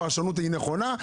הפרשנות היא נכונה?